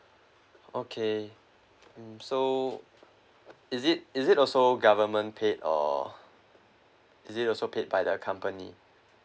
okay mm so is it is it also government paid or is it also paid by the company